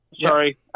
Sorry